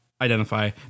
identify